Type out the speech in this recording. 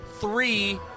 three